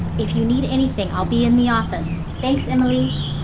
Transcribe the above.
if you need anything, i'll be in the office. thanks emily.